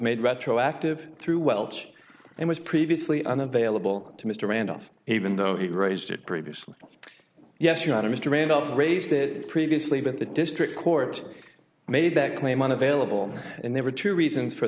made retroactive through welch and was previously unavailable to mr randolph even though it raised it previously yes your honor mr randolph raised it previously but the district court made that claim unavailable and there were two reasons for